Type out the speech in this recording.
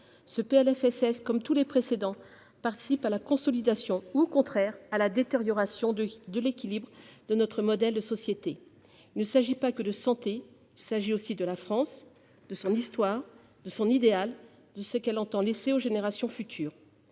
sociale. Comme tous ses prédécesseurs, il participe à la consolidation ou, au contraire, à la détérioration de l'équilibre de notre modèle de société. Il ne s'agit pas que de santé, il s'agit aussi de la France, de son histoire, de son idéal, de ce qu'elle entend laisser aux générations futures.